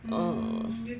mm